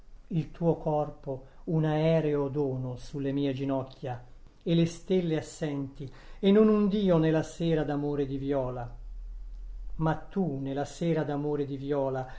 il tuo corpo un aereo dono sulle mie ginocchia e le stelle assenti e non un dio nella sera d'amore di viola ma tu nella sera d'amore di viola